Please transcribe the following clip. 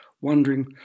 wondering